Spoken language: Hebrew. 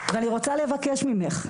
ואני רוצה לבקש ממך,